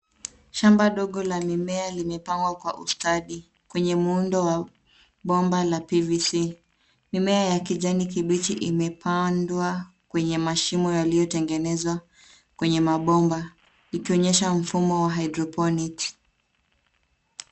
Shamba dogo la mimea limepangwa kwa ustadi kwenye muundo wa bomba la PVC. Mimea ya kijani kibichi imepandwa kwenye mashimo yaliyotengenezwa kwenye mabomba ikionyesha mfumo wa hydroponics .